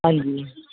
ਹਾਂਜੀ